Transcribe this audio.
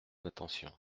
attention